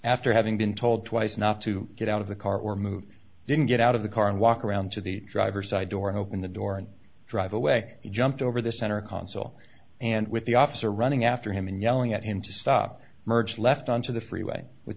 after having been told twice not to get out of the car or move didn't get out of the car and walk around to the driver's side door open the door and drive away he jumped over the center console and with the officer running after him and yelling at him to stop merge left onto the freeway with